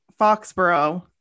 Foxborough